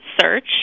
search